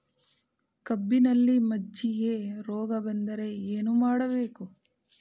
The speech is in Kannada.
ಕಬ್ಬಿನಲ್ಲಿ ಮಜ್ಜಿಗೆ ರೋಗ ಬಂದರೆ ಏನು ಮಾಡಬೇಕು?